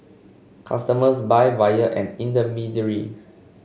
customers buy via an intermediary